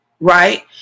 Right